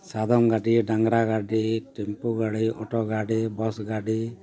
ᱥᱟᱫᱚᱢ ᱜᱟᱹᱰᱤ ᱰᱟᱝᱨᱟ ᱜᱟᱹᱰᱤ ᱴᱮᱢᱯᱩ ᱜᱟᱹᱰᱤ ᱚᱴᱳ ᱜᱟᱹᱰᱤ ᱵᱟᱥ ᱜᱟᱹᱰᱤ